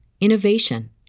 innovation